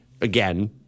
again